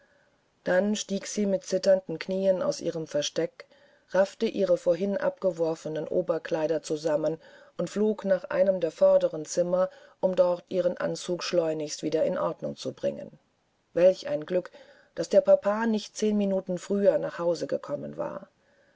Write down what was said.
dann stieg sie mit zitternden knieen aus ihrem versteck raffte ihre vorhin abgeworfenen oberkleider zusammen und flog nach einem der vorderen zimmer um dort ihren anzug schleunigst wieder in ordnung zu bringen welch ein glück daß der papa nicht zehn minuten früher nach hause gekommen war